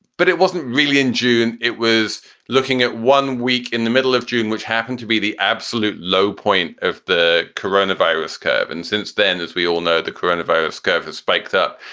but it wasn't really in june. it was looking at one week in the middle of june, which happened to be the absolute low point of the coronavirus curve. and since then, as we all know, the coronavirus curve has spiked up.